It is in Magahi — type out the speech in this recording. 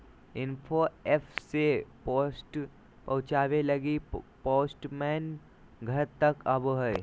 इन्फो एप से पोस्ट पहुचावे लगी पोस्टमैन घर तक आवो हय